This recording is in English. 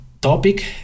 topic